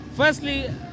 Firstly